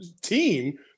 team